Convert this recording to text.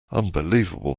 unbelievable